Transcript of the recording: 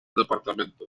dto